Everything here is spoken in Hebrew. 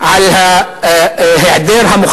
אני דורש לא לקרוא